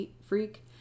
freak